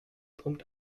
pumpt